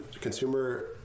consumer